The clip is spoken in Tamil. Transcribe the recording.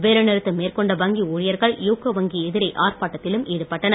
வேலைநிறுத்தம் மேற்கொண்ட வங்கி ஊழியர்கள் யூகோ வங்கி எதிரே ஆர்ப்பாட்டத்தில் ஈடுபட்டனர்